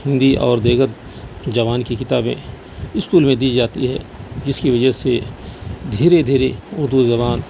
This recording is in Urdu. ہندی اور دیگر زبان کی کتابیں اسکول میں دی جاتی ہیں جس کی وجہ سے دھیرے دھیرے اردو زبان